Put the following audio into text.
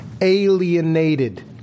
alienated